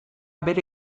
bere